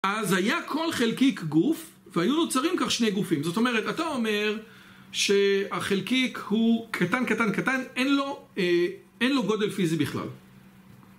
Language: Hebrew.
אז היה כל חלקיק גוף והיו נוצרים כך שני גופים זאת אומרת, אתה אומר שהחלקיק הוא קטן קטן קטן אין לו גודל פיזי בכלל